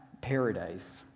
paradise